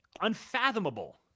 unfathomable